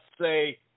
say